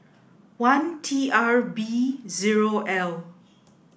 one T R B zero L